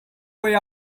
way